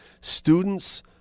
students